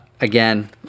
Again